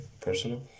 personal